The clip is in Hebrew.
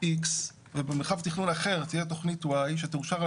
X ובמרחב תכנון אחר תהיה תכנית Y שתאושר על